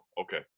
Okay